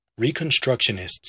Reconstructionists